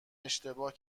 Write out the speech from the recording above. اشتباه